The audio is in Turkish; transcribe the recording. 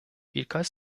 birkaç